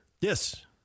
yes